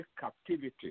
captivity